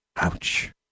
ouch